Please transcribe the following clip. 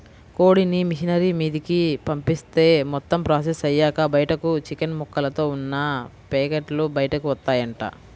కోడిని మిషనరీ మీదకు పంపిత్తే మొత్తం ప్రాసెస్ అయ్యాక బయటకు చికెన్ ముక్కలతో ఉన్న పేకెట్లు బయటకు వత్తాయంట